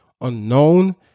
unknown